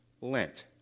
Lent